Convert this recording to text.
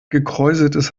gekräuseltes